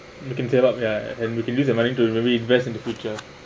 we can tear up ya and we can use the money to really invest in the future